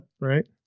right